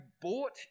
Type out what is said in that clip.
bought